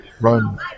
run